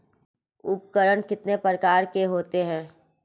उपकरण कितने प्रकार के होते हैं?